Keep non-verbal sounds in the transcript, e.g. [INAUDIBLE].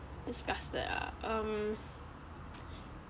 disgusted ah um [NOISE]